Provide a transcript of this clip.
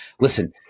listen